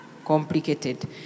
Complicated